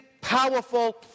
powerful